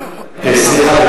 סליחה,